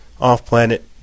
off-planet